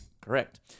Correct